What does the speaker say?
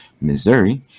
Missouri